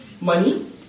Money